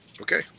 Okay